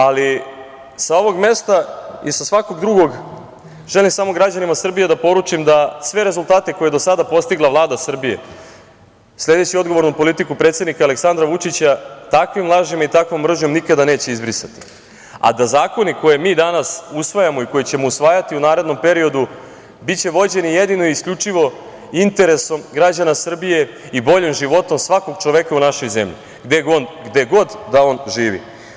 Ali, sa ovog mesta i sa svakog drugog želim samo građanima Srbije da poručim da sve rezultate koje je do sada postigla Vlada Srbije, sledeći odgovornu politiku predsednika Aleksandra Vučića, takvim lažima i takvom mržnjom nikada neće izbrisati, a da zakoni koje mi danas usvajamo i koje ćemo usvajati u narednom periodu biće vođeni jedino i isključivo interesom građana Srbije i boljim životom svakog čoveka u našoj zemlji, gde god da on živi.